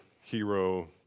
hero